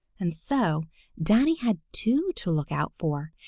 and so danny had two to look out for,